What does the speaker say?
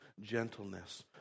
gentleness